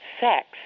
sex